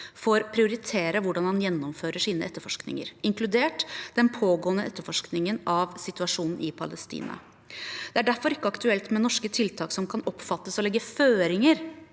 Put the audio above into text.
får prioritere hvordan han gjennomfører sine etterforskninger, inkludert den pågående etterforskningen av situasjonen i Palestina. Det er derfor ikke aktuelt med norske tiltak som kan oppfattes å legge føringer